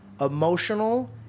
emotional